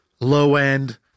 low-end